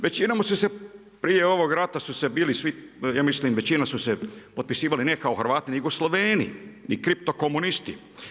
Većinom su se prije ovog rata su se bili svi, ja mislim većina su se potpisivali ne kao Hrvati nego Jugosloveni i kriptokomunisti.